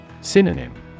Synonym